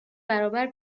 برابر